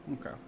okay